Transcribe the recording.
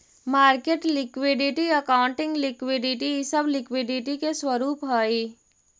market liquidity, accounting liquidity इ सब liquidity के स्वरूप हई